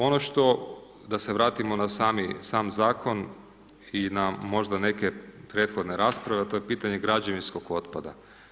Ono što, da se vratimo na sami, sam Zakon i na možda neke prethodne rasprave, a to je pitanje građevinskog otpada.